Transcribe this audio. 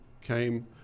came